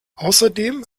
außerdem